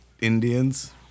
Indians